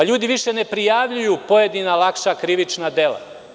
Ljudi više ne prijavljuju pojedina lakša krivična dela.